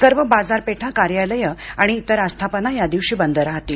सर्व बाजारपेठा कार्यालये आणि इतर आस्थापना या दिवशी बंद राहतील